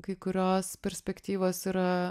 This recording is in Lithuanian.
kai kurios perspektyvos yra